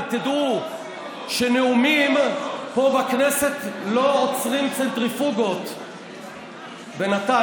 אבל תדעו שנאומים פה בכנסת לא עוצרים צנטריפוגות בנתנז.